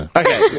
okay